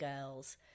girls